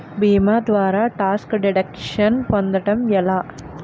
భీమా ద్వారా tax deduction పొందటం ఎలా?